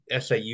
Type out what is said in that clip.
SAU